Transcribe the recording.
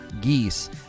geese